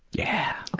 yeah!